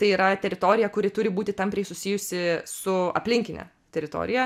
tai yra teritorija kuri turi būti tampriai susijusi su aplinkine teritorija